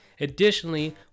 Additionally